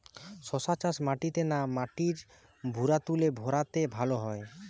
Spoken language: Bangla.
শশা চাষ মাটিতে না মাটির ভুরাতুলে ভেরাতে ভালো হয়?